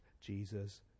Jesus